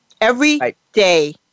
Everyday